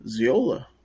Ziola